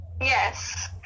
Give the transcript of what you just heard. Yes